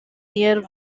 near